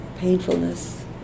Painfulness